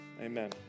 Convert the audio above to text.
Amen